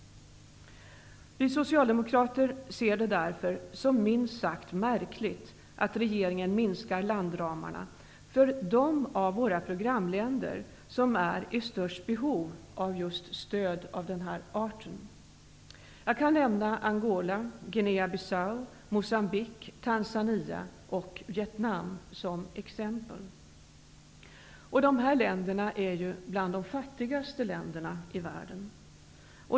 Vi socialdemokrater ser det därför såsom minst sagt märkligt att regeringen minskar landramarna för de av våra programländer som är i störst behov av stöd av just denna art. Jag kan nämna Angola, Guinea Bissau, Mocambique, Tanzania och Vietnam såsom exempel. Dessa länder är bland de fattigaste länderna i världen.